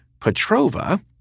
Petrova